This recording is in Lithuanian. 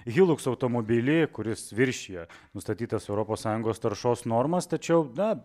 hilux automobilį kuris viršija nustatytas europos sąjungos taršos normas tačiau na